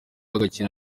agakina